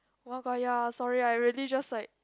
oh-my-god ya sorry I really just like